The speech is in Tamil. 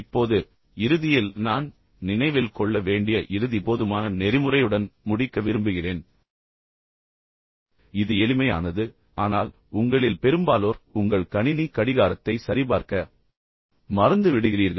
இப்போது இறுதியில் நான் நினைவில் கொள்ள வேண்டிய இறுதி போதுமான நெறிமுறையுடன் முடிக்க விரும்புகிறேன் இது மீண்டும் மிகவும் எளிமையானது ஆனால் உங்களில் பெரும்பாலோர் உங்கள் கணினி கடிகாரத்தை சரிபார்க்க மறந்துவிடுகிறீர்கள்